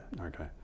Okay